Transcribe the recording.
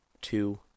two